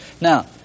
Now